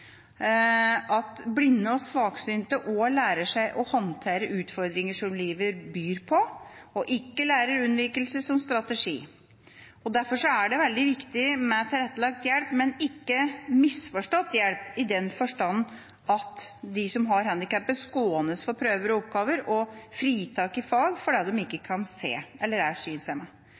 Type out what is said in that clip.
at blinde og svaksynte også lærer seg å håndtere utfordringer som livet byr på, og ikke lærer unnvikelse som strategi. Derfor er det veldig viktig med tilrettelagt hjelp, men ikke misforstått hjelp, i den forstand at de som har handikapet, skånes for prøver og oppgaver og får fritak i fag fordi de ikke kan se eller er